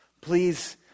Please